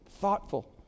thoughtful